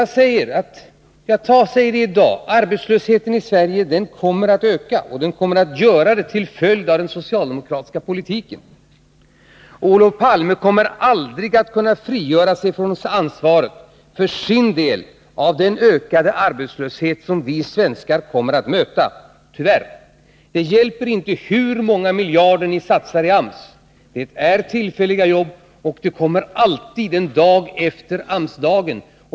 Jag säger i dag att arbetslösheten i Sverige kommer att öka, och den kommer att göra det till följd av den socialdemokratiska politiken. Olof Palme kommer aldrig att kunna frigöra sig från ansvaret för sin del av den ökade arbetslöshet som vi svenskar kommer att möta — tyvärr. Det hjälper inte hur många miljarder ni än satsar i AMS. Det är tillfälliga jobb, och det kommer alltid en dag efter AMS-dagen.